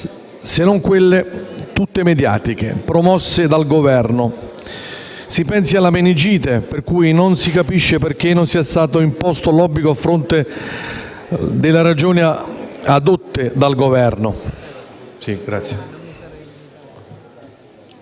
se non quelle, tutte mediatiche, promosse dal Governo: si pensi alla meningite, per cui non si capisce perché non sia stato imposto l'obbligo, a fronte delle ragioni addotte dal Governo.